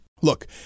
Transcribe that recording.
look